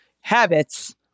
habits